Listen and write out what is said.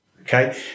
okay